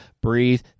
breathe